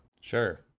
Sure